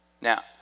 Now